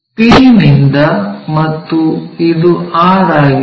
p ನಿಂದ ಮತ್ತು ಇದು r ಆಗಿದೆ